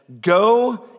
go